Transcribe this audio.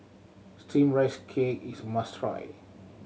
Steamed Rice Cake is must try